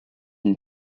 une